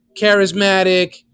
charismatic